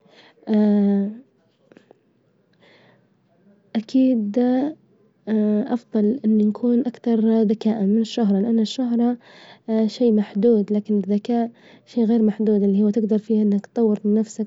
أكيد أفظل إني نكون أكتر ذكاءا من الشهرة، لأن الشهرة شي محدود، لكن الذكاء شي غير محدود، إللي هوتجدر فيه انك تطور من نفسك